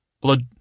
Blood